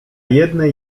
jednej